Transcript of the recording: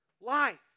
life